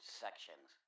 sections